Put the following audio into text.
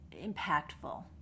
impactful